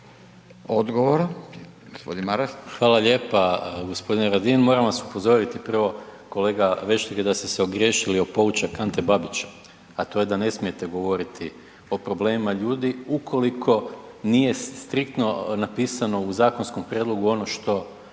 (SDP)** Hvala lijepa gospodine Radin. Moram vas upozoriti prvo kolega Vešligaj da ste se ogriješili o poučak Ante Babića, a to je da ne smijete govoriti o problemima ljudi ukoliko nije striktno napisano u zakonskom prijedlogu ono što